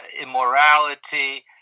immorality